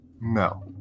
no